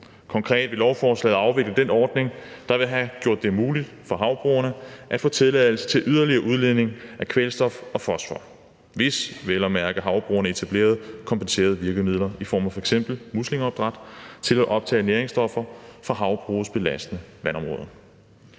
Konkret vil lovforslaget afvikle den ordning, der ville have gjort det muligt for havbrugerne at få tilladelse til yderligere udledning af kvælstof og fosfor, vel at mærke hvis havbrugerne har etableret kompenserende virkemidler i form af f.eks. muslingeopdræt til at optage næringsstoffer fra havbrugsbelastede vandområder.